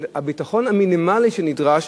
הביטחון המינימלי שנדרש,